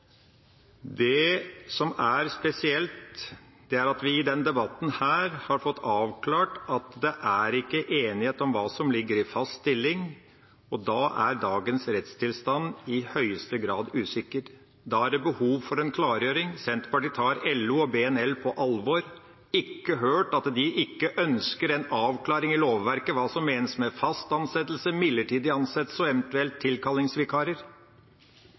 Det som er spesielt, er at vi i denne debatten har fått avklart at det ikke er enighet om hva som ligger i «fast stilling», og da er dagens rettstilstand i høyeste grad usikker. Da er det behov for en klargjøring. Senterpartiet tar LO og BNL, Byggenæringens Landsforening, på alvor. Vi har ikke hørt at de ikke ønsker en avklaring i lovverket når det gjelder hva som menes med «fast ansettelse», «midlertidig ansettelse» og eventuelt